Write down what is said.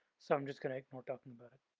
so i'm just going to ignore talking about it.